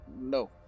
No